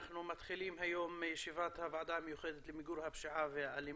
אנחנו מתחילים היום את ישיבת הוועדה המיוחדת למיגור הפשיעה והאלימות,